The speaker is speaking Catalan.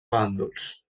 bàndols